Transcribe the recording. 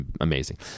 amazing